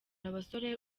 abasore